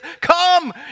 come